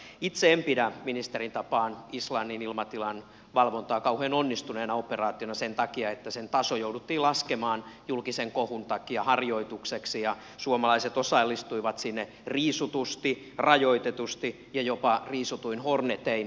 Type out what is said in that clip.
itse en pidä ministerin tapaan islannin ilmatilan valvontaa kauhean onnistuneena operaationa sen takia että sen taso jouduttiin laskemaan julkisen kohun takia harjoitukseksi ja suomalaiset osallistuivat sinne riisutusti rajoitetusti ja jopa riisutuin hornetein